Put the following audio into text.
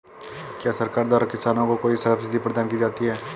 क्या सरकार द्वारा किसानों को कोई सब्सिडी प्रदान की जाती है?